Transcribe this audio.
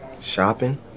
Shopping